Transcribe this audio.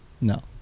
no